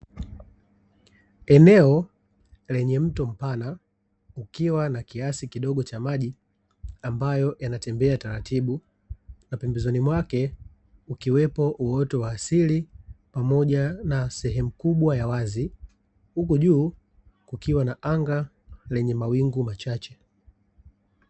Eneo lenye mto mpana, ukiwa na kiasi kidogo cha maji, ambayo yanatembea taratibu, na pembezoni mwake ukiwepo uoto wa asili pamoja na sehemu kubwa ya wazi, huku juu kukiwa na anga lenye mawingu machache.